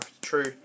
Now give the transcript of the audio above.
true